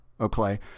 Okay